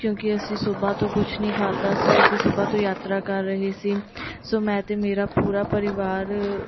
ਕਿਉਂਕਿ ਅਸੀਂ ਸਵੇਰੇ ਤੋਂ ਕੁਛ ਨਹੀਂ ਖਾਧਾ ਸੀ ਅਸੀਂ ਸਵੇਰੇ ਤੋਂ ਯਾਤਰਾ ਕਰ ਰਹੇ ਸੀ ਸੋ ਮੈਂ ਤੇ ਮੇਰਾ ਪੂਰਾ ਪਰਿਵਾਰ